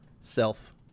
self